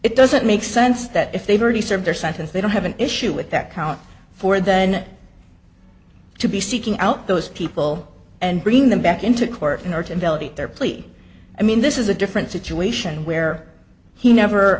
it doesn't make sense that if they've already served their sentence they don't have an issue with that count for then to be seeking out those people and bring them back into court in order to validate their plea i mean this is a different situation where he never